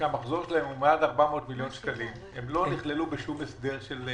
שמחזורן מעל 400 מיליון שקלים לא נכללו בשום הסדר פיצוי.